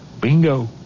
Bingo